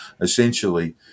essentially